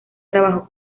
trabajó